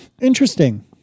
Interesting